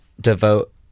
devote